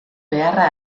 beharra